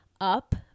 up